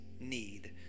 need